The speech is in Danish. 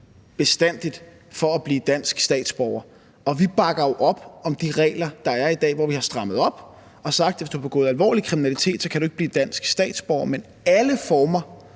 bestandigt fra at blive dansk statsborger, og vi bakker jo op om de regler, der er i dag, hvor vi har strammet op og sagt, at hvis du har begået alvorlig kriminalitet, kan du ikke blive dansk statsborger. Men alle former